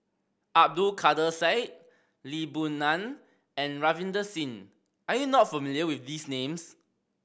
Abdul Kadir Syed Lee Boon Ngan and Ravinder Singh are you not familiar with these names